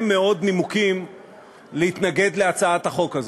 מאוד נימוקים להתנגד להצעת החוק הזאת.